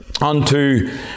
unto